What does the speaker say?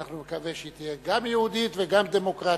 אנחנו נקווה שהיא תהיה גם יהודית וגם דמוקרטית,